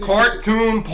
Cartoon